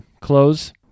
close